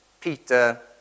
Peter